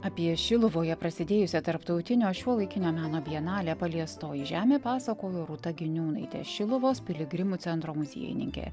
apie šiluvoje prasidėjusią tarptautinio šiuolaikinio meno bienalę paliestoji žemė pasakojo rūta giniūnaitė šiluvos piligrimų centro muziejininkė